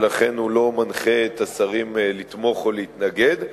ולכן הוא לא מנחה את השרים לתמוך או להתנגד,